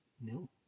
No